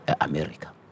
America